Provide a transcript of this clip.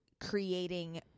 creating